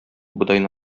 бодайны